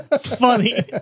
funny